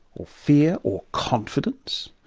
or fear or confidence,